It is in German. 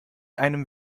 einem